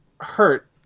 hurt